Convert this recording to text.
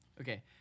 okay